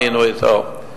היינו אתו,